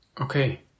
okay